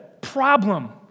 problem